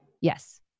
Yes